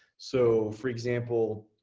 so for example,